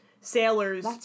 sailors